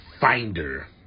finder